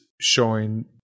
showing